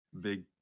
big